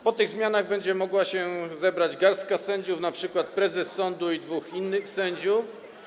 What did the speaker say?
Po tych zmianach będzie mogła się zebrać garstka sędziów, np. prezes sądu i dwóch innych sędziów.